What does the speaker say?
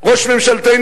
ראש ממשלתנו,